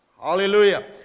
Hallelujah